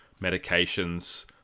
medications